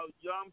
young